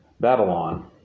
Babylon